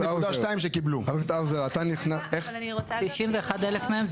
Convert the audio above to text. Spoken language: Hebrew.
91 אלף מהם,